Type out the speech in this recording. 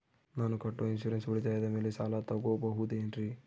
ನಾನು ಕಟ್ಟೊ ಇನ್ಸೂರೆನ್ಸ್ ಉಳಿತಾಯದ ಮೇಲೆ ಸಾಲ ತಗೋಬಹುದೇನ್ರಿ?